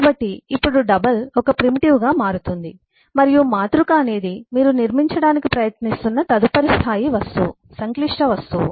కాబట్టి ఇప్పుడు డబుల్ ఒక ప్రిమిటివ్ గా మారుతుంది మరియు మాతృక అనేది మీరు నిర్మించడానికి ప్రయత్నిస్తున్న తదుపరి స్థాయి వస్తువు సంక్లిష్ట వస్తువు